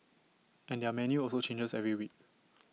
and their menu also changes every week